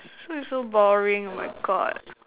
so is so boring oh my god